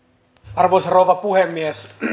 arvoisa rouva puhemies